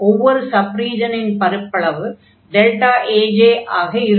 ஒவ்வொரு சப் ரீஜனின் பரப்பளவு Aj ஆக இருக்கும்